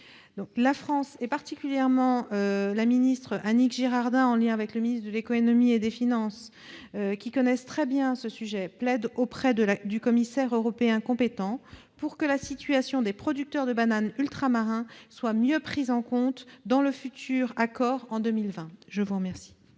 de 75 euros par tonne. La ministre Annick Girardin et le ministre de l'économie et des finances, qui connaissent très bien ce sujet, plaident auprès du commissaire européen compétent pour que la situation des producteurs de bananes ultramarins soit mieux prise en compte dans le futur accord en 2020. La parole